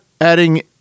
adding